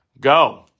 go